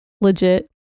legit